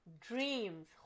dreams